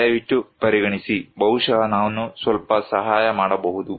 ದಯವಿಟ್ಟು ಪರಿಗಣಿಸಿ ಬಹುಶಃ ನಾನು ಸ್ವಲ್ಪ ಸಹಾಯ ಮಾಡಬಹುದು